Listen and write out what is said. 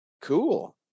Cool